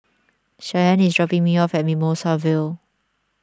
Shyanne is dropping me off at Mimosa Vale